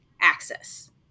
access